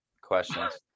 questions